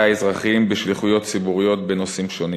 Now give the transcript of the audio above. האזרחיים בשליחויות ציבוריות בנושאים שונים.